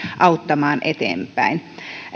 auttamaan eteenpäin